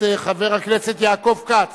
את חבר הכנסת יעקב כץ